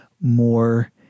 more